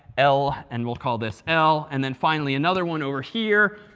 l. and we'll call this l. and then, finally, another one over here,